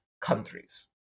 countries